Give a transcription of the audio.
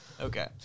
Okay